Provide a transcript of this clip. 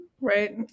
Right